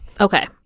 okay